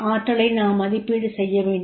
ஆற்றலை நாம் மதிப்பீடு செய்ய வேண்டும்